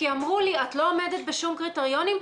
כי אמרו לי שאני לא עומדת בשום קריטריונים,